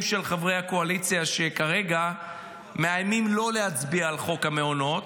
של חברי הקואליציה שכרגע מאיימים לא להצביע על חוק המעונות.